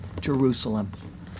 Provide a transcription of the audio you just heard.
Jerusalem